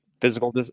physical